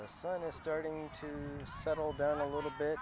the sun is starting to settle down a little bit